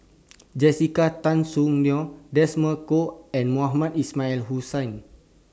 Jessica Tan Soon Neo Desmond Kon and Mohamed Ismail Hussain